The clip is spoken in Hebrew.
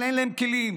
אבל אין להם כלים.